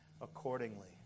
accordingly